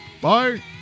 Bye